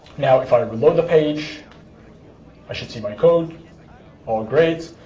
now, if i reload the page i should see my code all great.